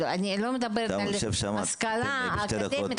אני לא מדברת על השכלה אקדמית,